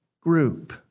group